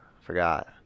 forgot